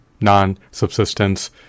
non-subsistence